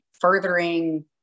furthering